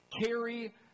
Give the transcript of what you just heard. Carry